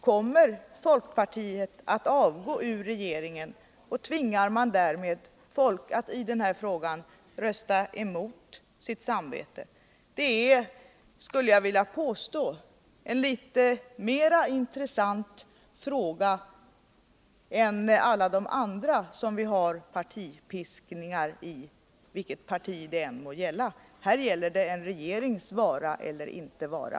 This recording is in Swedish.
Kommer folkpartiet att avgå ur regeringen? Tvingar man därmed folk att i denna fråga rösta emot sitt samvete? Det är, skulle jag vilja påstå, en litet mera intressant fråga än alla de andra som vi har partipiskningar i — vilket parti det än må gälla. Här är det fråga om en regerings vara eller icke vara.